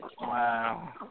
Wow